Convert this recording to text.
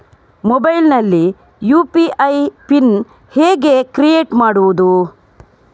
Mobile ನಲ್ಲಿ UPI PIN ಹೇಗೆ create ಮಾಡುವುದು?